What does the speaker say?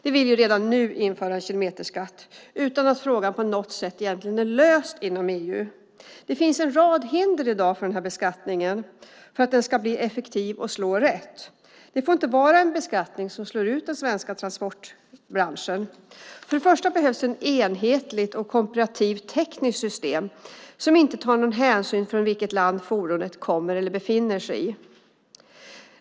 De vill redan nu införa kilometerskatt utan att frågan på något sätt egentligen är löst inom EU. Det finns en rad hinder i dag för att den här beskattningen ska bli effektiv och slå rätt. Det får inte vara en beskattning som slår ut den svenska transportbranschen. Det behövs ett enhetligt och komparativt tekniskt system som inte tar någon hänsyn till från vilket land fordonet kommer eller befinner sig i.